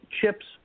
chips